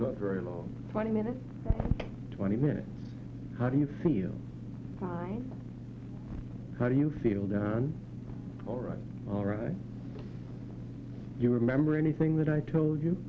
not very long twenty minutes twenty minutes how do you feel how do you feel done alright alright you remember anything that i told you